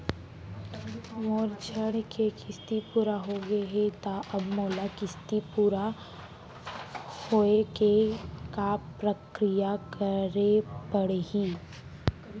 मोर ऋण के किस्ती पूरा होगे हे ता अब मोला किस्ती पूरा होए के का प्रक्रिया करे पड़ही?